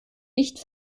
nicht